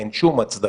אין שום הצדקה